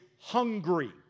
hungry